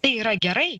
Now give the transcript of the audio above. tai yra gerai